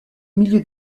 milieu